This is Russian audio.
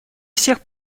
всех